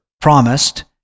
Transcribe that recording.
promised